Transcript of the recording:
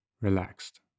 relaxed